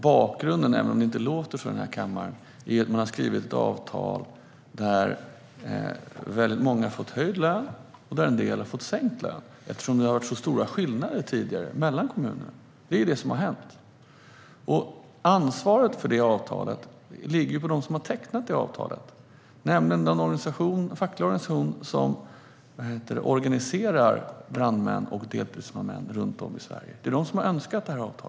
Även om det inte låter så i den här kammaren är bakgrunden att man har skrivit ett avtal där många har fått höjd lön och en del har fått sänkt lön eftersom det tidigare har varit stora skillnader mellan kommunerna. Det är det som har hänt. Ansvaret för detta avtal ligger på dem som har tecknat det, nämligen den fackliga organisation som organiserar brandmän och deltidsbrandmän runt om i Sverige. Det är de som har önskat detta avtal.